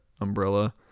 umbrella